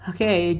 Okay